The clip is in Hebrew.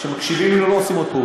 כשמקשיבים לא עושים עוד פעולה.